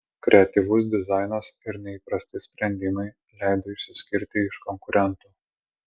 kreatyvus dizainas ir neįprasti sprendimai leido išsiskirti iš konkurentų